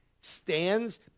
stands